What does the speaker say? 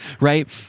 right